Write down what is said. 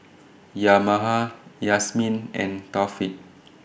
Yahaya Yasmin and Taufik